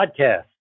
podcast